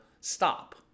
stop